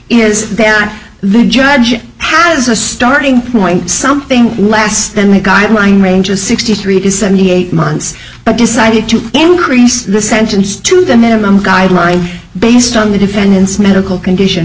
is that the judge has a starting point something less than the guideline range of sixty three to seventy eight months but decided to increase the sentence to the minimum guideline based on the defendant's medical condition